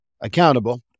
accountable